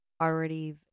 already